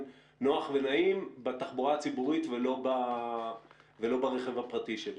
נוח ונעים בתחבורה הציבורית ולא ברכב הפרטי שלי.